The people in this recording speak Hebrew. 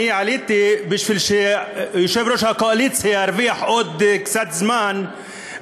אני עליתי כדי שיושב-ראש הקואליציה ירוויח עוד קצת זמן,